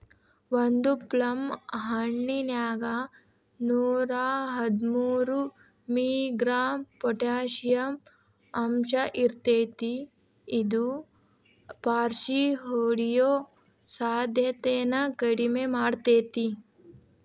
ಒಂದು ಪ್ಲಮ್ ಹಣ್ಣಿನ್ಯಾಗ ನೂರಾಹದ್ಮೂರು ಮಿ.ಗ್ರಾಂ ಪೊಟಾಷಿಯಂ ಅಂಶಇರ್ತೇತಿ ಇದು ಪಾರ್ಷಿಹೊಡಿಯೋ ಸಾಧ್ಯತೆನ ಕಡಿಮಿ ಮಾಡ್ತೆತಿ